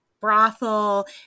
brothel